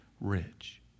rich